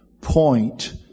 point